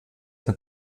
mit